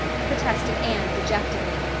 protested anne dejectedly.